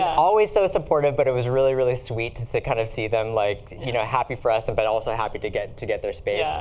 always so supportive, but it was a really, really sweet to kind of see them like you know happy for us, and but also happy to get to get their space. yeah